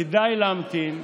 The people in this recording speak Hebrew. כדאי להמתין,